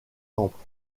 temple